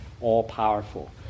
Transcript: all-powerful